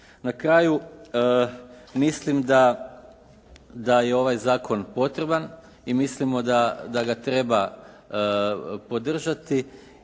Na kraju, mislim da je ovaj zakon potreban i mislimo da ga treba podržati